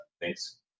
Thanks